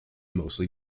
mostly